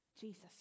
Jesus